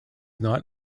not